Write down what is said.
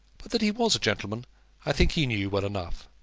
but that he was a gentleman i think he knew well enough,